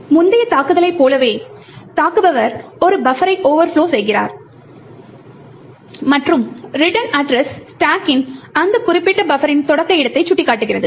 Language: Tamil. முந்தைய தாக்குதலைப் போலவே தாக்குபவர் ஒரு பஃபரை ஓவர்ப்லொ செய்கிறார் மற்றும் ரிட்டர்ன் அட்ரஸ் ஸ்டாக்கின் அந்த குறிப்பிட்ட பஃபரின் தொடக்க இடத்தை சுட்டிக்காட்டுகிறது